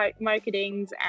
marketings